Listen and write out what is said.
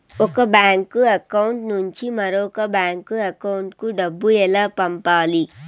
ఒక bank account నుంచి మరొక బ్యాంకు అకౌంట్ కు డబ్బు ఎలా పంపాలి